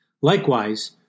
Likewise